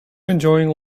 enjoying